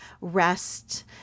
rest